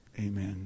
Amen